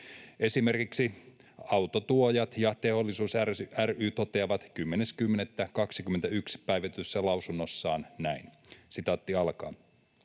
Esimerkiksi Autotuojat ja ‑teollisuus ry toteaa 10.10.21 päivätyssä lausunnossaan näin: ”Vaikka